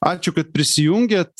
ačiū kad prisijungėt